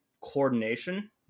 coordination